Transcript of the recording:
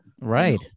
right